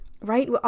right